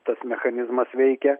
tas mechanizmas veikia